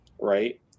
right